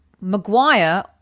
Maguire